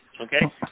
okay